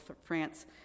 France